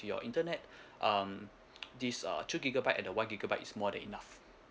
to your internet um this uh two gigabyte and the one gigabyte is more than enough